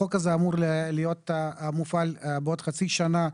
החוק הזה אמור להיות מופעל בעוד חצי שנה.